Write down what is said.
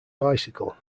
bicycle